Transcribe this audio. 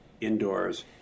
indoors